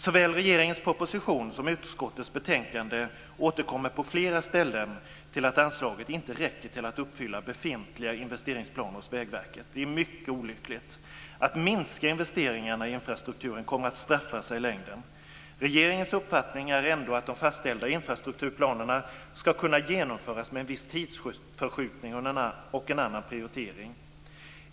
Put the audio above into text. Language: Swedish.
Såväl regeringens proposition som utskottets betänkande återkommer på flera ställen till att anslagen inte räcker till för att uppfylla befintliga investeringsplaner hos Vägverket. Detta är mycket olyckligt. Att minska investeringarna i infrastrukturen straffar sig i längden. Regeringens uppfattning är ändå att de fastställda infrastrukturplanerna ska kunna genomföras med viss tidsförskjutning och annan prioritering.